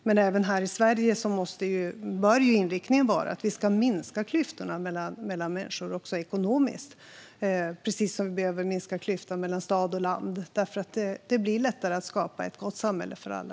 Men även här i Sverige bör inriktningen vara att vi ska minska klyftorna mellan människor också ekonomiskt, precis som vi behöver minska klyftorna mellan stad och land. Då blir det lättare att skapa ett gott samhälle för alla.